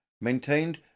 maintained